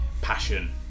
passion